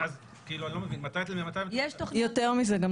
אני לא מבין, מתי --- אני אשמח להשיב